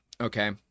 okay